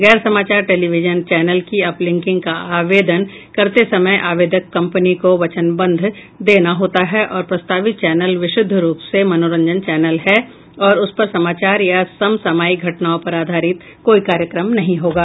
गैर समाचार television channel की अपलिंकिंग का आवेदन करते समय आवेदक कंपनी को वचनबंध देना होता है कि प्रस्तावित चैनल विशुद्ध रूप से मनोरंजन चैनल है और उस पर समाचार या सम सामायिक घटनाओं पर आधारित कोई कार्यक्रम नहीं होगा